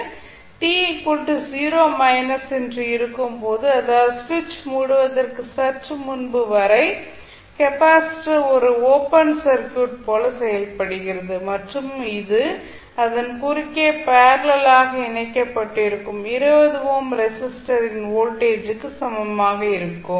t 0 என்று இருக்கும் போது அதாவது ஸ்விட்ச் மூடுவதற்கு சற்று முன்பு வரை கெபாசிட்டர் ஒரு ஓபன் சர்க்யூட் போல செயல்படுகிறது மற்றும் இது அதன் குறுக்கே பேரலல் ஆக இணைக்கப்பட்டிருக்கும் 20 ஓம் ரெஸிஸ்டரின் வோல்டேஜ்க்கு சமமாக இருக்கும்